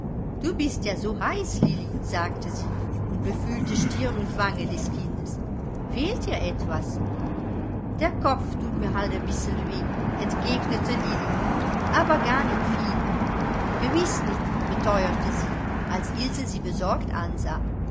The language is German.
du bist ja so heiß lilli sagte sie und befühlte stirn und wange des kindes fehlt dir etwas der kopf thut mir halt a bissel weh entgegnete lilli aber gar nit viel gewiß nit beteuerte sie als ilse sie besorgt ansah